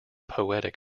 poetic